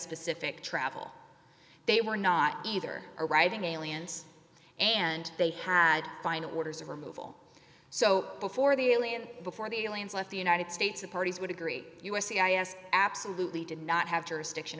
specific travel they were not either arriving aliens and they had final orders of removal so before the alien before the aliens left the united states the parties would agree u s c i s absolutely did not have jurisdiction